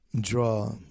draw